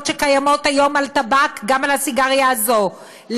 שקיימות היום על טבק גם על הסיגריה הזאת,